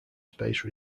space